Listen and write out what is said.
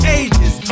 ages